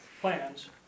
plans